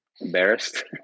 embarrassed